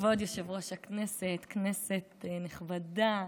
כבוד יושב-ראש הכנסת, כנסת נכבדה,